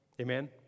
Amen